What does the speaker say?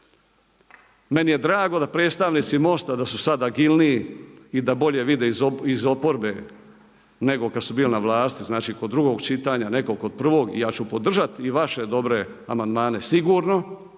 Meni je drago da predstavnici MOST-a da su sada agilniji i da bolje vide iz oporbe, nego kad su bili na vlasti, znači kod drugog čitanja, nekog kod prvog. Ja ću podržati i vaše dobre amandmane sigurno,